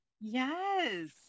yes